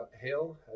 Hale